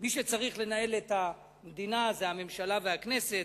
מי שצריך לנהל את המדינה זה הממשלה והכנסת,